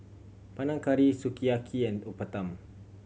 Panang Curry Sukiyaki and Uthapam